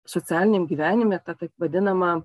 socialiniam gyvenime tą taip vadinamą